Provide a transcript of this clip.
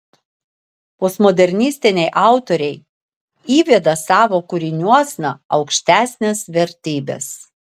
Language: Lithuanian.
postmodernistiniai autoriai įveda savo kūriniuosna aukštesnes vertybes